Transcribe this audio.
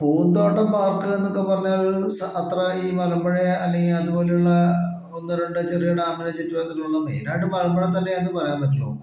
പൂന്തോട്ടം പാർക്ക് എന്നൊക്കെ പറഞ്ഞാലൊരു സ അത്ര ഈ മലമ്പുഴ അല്ലെങ്കി അതുപോലുള്ള ഒന്നു രണ്ട് ചെറിയ ഡാമിന് ചുറ്റുമതിലുള്ള മെയിനായിട്ട് മലമ്പുഴ തന്നെയേ അത് പറയാൻ പറ്റുള്ളൂ